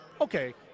okay